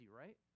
right